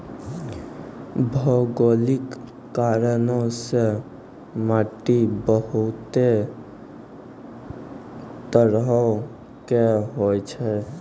भौगोलिक कारणो से माट्टी बहुते तरहो के होय छै